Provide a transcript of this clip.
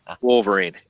Wolverine